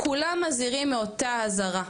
כולם מזהירים מאותה אזהרה,